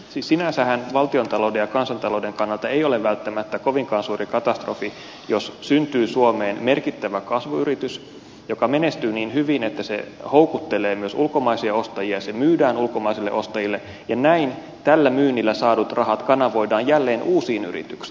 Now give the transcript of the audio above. siis sinänsähän valtiontalouden ja kansantalouden kannalta ei ole välttämättä kovinkaan suuri katastrofi jos syntyy suomeen merkittävä kasvuyritys joka menestyy niin hyvin että se houkuttelee myös ulkomaisia ostajia se myydään ulkomaisille ostajille ja näin tällä myynnillä saadut rahat kanavoidaan jälleen uusiin yrityksiin